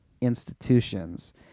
institutions